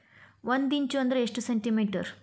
ಒಂದಿಂಚು ಅಂದ್ರ ಎಷ್ಟು ಸೆಂಟಿಮೇಟರ್?